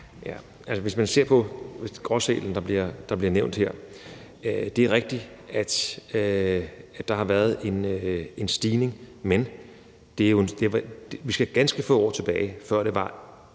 Hvis man ser på gråsælen, der bliver nævnt her, er det rigtigt, at der har været en stigning. Men vi jo skal ganske få år tilbage, hvor jeg også